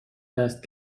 است